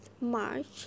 March